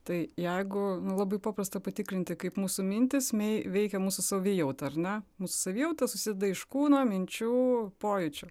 tai jeigu nu labai paprasta patikrinti kaip mūsų mintys mei veikia mūsų savijautą ar ne mūs savijauta susideda iš kūno minčių pojūčių